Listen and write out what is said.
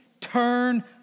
turn